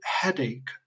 headache